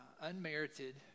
unmerited